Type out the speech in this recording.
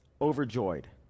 overjoyed